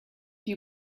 you